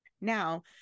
Now